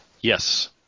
Yes